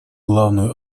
главную